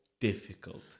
difficult